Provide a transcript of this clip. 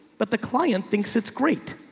but the client thinks it's great.